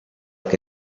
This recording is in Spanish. que